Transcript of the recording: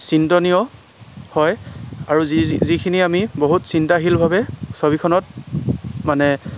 চিন্তনীয় হয় আৰু যি যিখিনি আমি বহুত চিন্তাশীলভাৱে ছবিখনত মানে